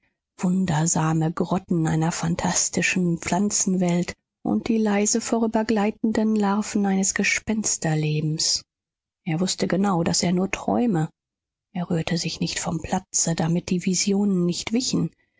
wundersame grotten eine phantastische pflanzenwelt und die leise vorübergleitenden larven eines gespensterlebens er wußte genau daß er nur träume er rührte sich nicht vom platze damit die visionen nicht wichen